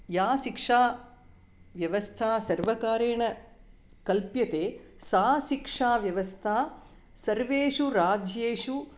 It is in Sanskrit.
या शिक्षाव्यवस्था सर्वकारेण कल्प्यते सा शिक्षाव्यवस्था सर्वेषु राज्येषु